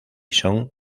son